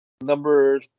number